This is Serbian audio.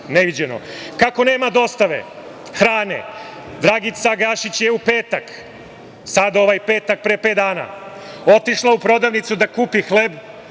Neviđeno. Kako nema dostave hrane, Dragica Gašić je u petak, sada ovaj petak, pre pet dana, otišla u prodavnicu da kupi hleb,